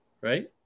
Right